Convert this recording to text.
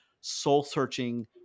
soul-searching